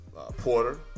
Porter